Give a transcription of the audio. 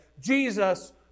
Jesus